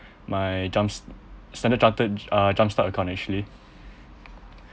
my jumps~ standard chartered uh jumpstart account actually